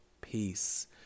peace